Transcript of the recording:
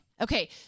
Okay